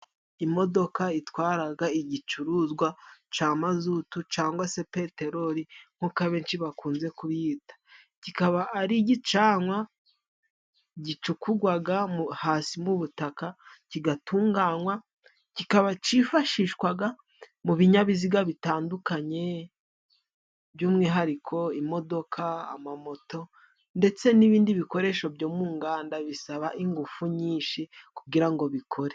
Imodoka itwaraga igicuruzwa ca mazutu, cangwa se peteroli, nk'uko abenshi bakunze kuyita, kikaba ari igicanwa, gicukugwaga hasi mu butaka, kigatunganwa, kikaba cifashishwaga mu binyabiziga bitandukanye, by'umwihariko imodoka, amamoto, ndetse n'ibindi bikoresho byo mu nganda, bisaba ingufu nyinshi kugira ngo bikore.